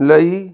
ਲਈ